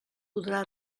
podrà